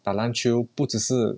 打篮球不只是